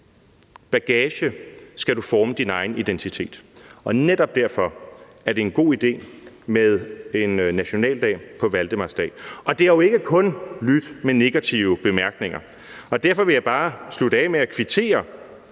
bagage skal du forme din egen identitet. Og netop derfor er det en god idé med en nationaldag på valdemarsdag. Der har jo ikke kun lydt negative bemærkninger, og derfor vil jeg bare slutte af med at kvittere